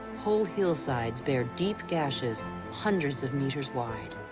whole hillsides bear deep gashes hundreds of meters wide.